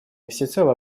всецело